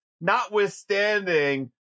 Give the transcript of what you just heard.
notwithstanding